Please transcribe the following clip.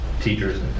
teachers